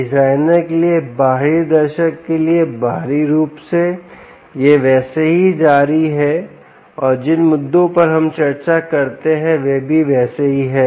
designer के लिए बाहरी दर्शक के लिए बाहरी रूप से यह वैसे ही जारी है और जिन मुद्दों पर हम चर्चा करते हैं वे भी वैसे ही हैं